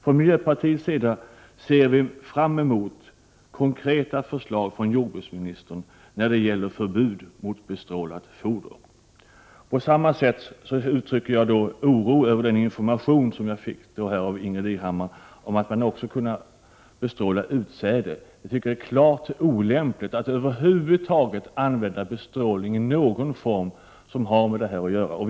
Från miljöpartiet ser vi fram mot konkreta förslag från jordbruksministern när det gäller förbud mot bestrålat foder. Likaså vill jag uttrycka min oro över den information som vi fick här av Ingbritt Irhammar om att man kan bestråla utsäde. Det är klart olämpligt att över huvud taget använda någon form av bestrålning i detta sammanhang.